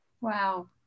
Wow